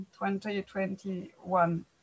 2021